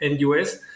NUS